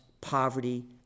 poverty